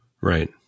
right